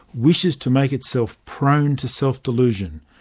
wishes to make itself prone to self-delusion.